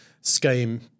scheme